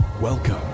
Welcome